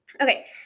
okay